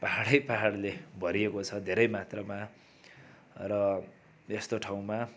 पाहाडै पाहाडले भरिएको छ धेरै मात्रामा र यस्तो ठाउँमा